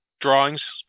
drawings